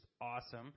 awesome